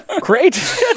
great